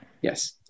Yes